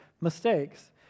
mistakes